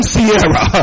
Sierra